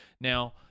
Now